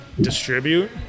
distribute